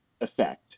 effect